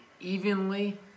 evenly